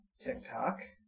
TikTok